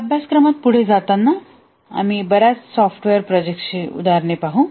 या अभ्यासक्रमात पुढे जाताना आम्ही बर्याच सॉफ्टवेअर प्रोजेक्टची उदाहरणे पाहू